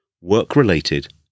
Work-Related